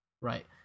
Right